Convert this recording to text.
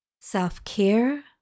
self-care